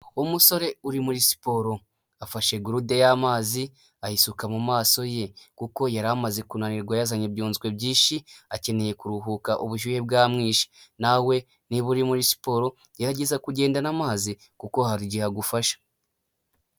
Umusore uri muri siporo afashe gurude y'amazi ayisuka mumaso ye, kuko yari amaze kunanirwa yazanye ibyunzwe byinshi akeneye kuruhuka ubushyuhe bwamwishe, nawe niba uri muri siporo, gerageza kugendana amazi kuko hari igihe agufasha.